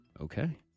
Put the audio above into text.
Okay